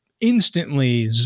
Instantly